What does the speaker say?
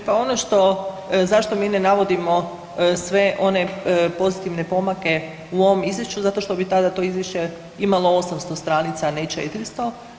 E pa ono što, zašto mi ne navodimo sve one pozitivne pomake u ovom izvješću zato što bi tada to izvješće imalo 800 stranica, a ne 400.